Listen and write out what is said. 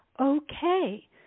okay